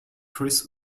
chris